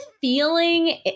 feeling